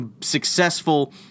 successful